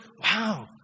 wow